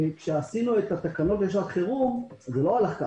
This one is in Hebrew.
כשעשינו את התקנות לשעת חירום זה לא הלך ככה.